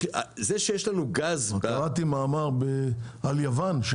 קראתי מאמר על יוון,